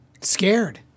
scared